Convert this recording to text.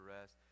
rest